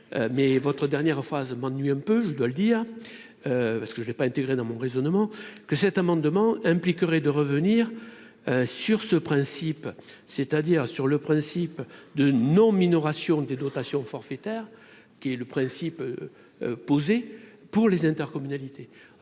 mais votre dernière phrase m'ennuie un peu, je dois le dire parce que je n'ai pas intégré dans mon raisonnement que cet amendement impliquerait de revenir sur ce principe, c'est-à-dire sur le principe de non-minoration des dotations forfaitaires qui est le principe posé pour les intercommunalités,